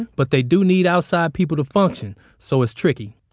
but they do need outside people to function, so it's tricky.